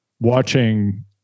watching